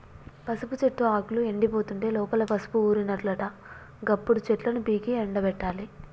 పసుపు చెట్టు ఆకులు ఎండిపోతుంటే లోపల పసుపు ఊరినట్లట గప్పుడు చెట్లను పీకి ఎండపెట్టాలి